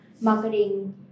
marketing